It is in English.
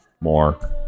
more